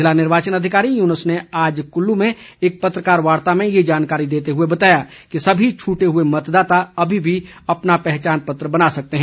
ज़िला निर्वाचन अधिकारी युनूस ने आज कल्लू में एक पत्रकार वार्ता में ये जानकारी देते हए बताया कि सभी छटे हए मतदाता अभी भी अपना पहचान पत्र बना सकते हैं